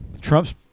Trump's